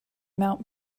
mount